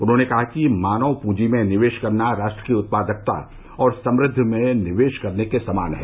उन्होंने कहा कि मानव पूंजी में निवेश करना राष्ट्र की उत्पादकता और समुद्धि में निवेश करने के समान है